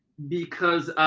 because